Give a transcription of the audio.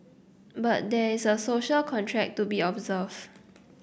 but there is a social contract to be observed